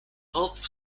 pulp